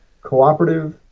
cooperative